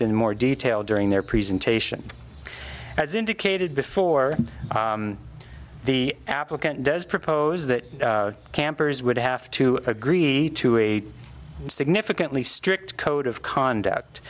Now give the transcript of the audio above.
in more detail during their presentation as indicated before the applicant does propose that campers would have to agree to a significantly strict code of conduct